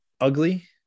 ugly